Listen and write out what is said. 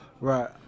Right